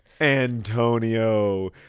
antonio